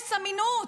אפס אמינות.